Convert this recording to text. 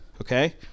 Okay